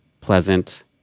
pleasant